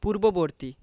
পূর্ববর্তী